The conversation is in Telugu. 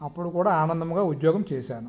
అప్పుడు కూడా ఆనందంగా ఉద్యోగం చేశాను